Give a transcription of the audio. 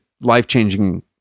life-changing